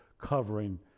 covering